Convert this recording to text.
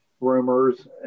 rumors